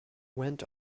went